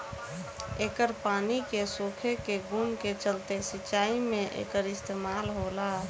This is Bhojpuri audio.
एकर पानी के सोखे के गुण के चलते सिंचाई में एकर इस्तमाल होला